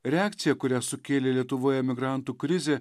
reakcija kurią sukėlė lietuvoje migrantų krizė